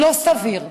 לא סביר,